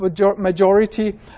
majority